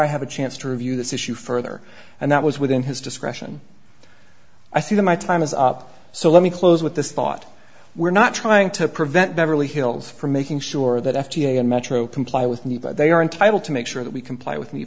i have a chance to review this issue further and that was within his discretion i see that my time is up so let me close with this thought we're not trying to prevent beverly hills from making sure that f d a and metro comply with new but they are entitled to make sure that we comply with